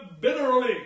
bitterly